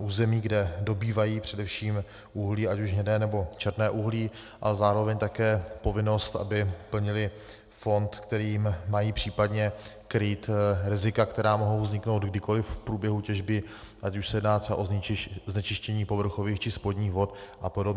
území, kde dobývají především uhlí, ať už hnědé, nebo černé uhlí, a zároveň také povinnost, aby plnily fond, kterým mají případně krýt rizika, která mohou vzniknout kdykoliv v průběhu těžby, ať už se jedná třeba o znečištění povrchových, či spodních vod apod.